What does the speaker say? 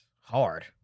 hard